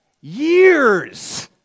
years